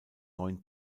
neuen